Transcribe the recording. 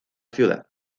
ciudad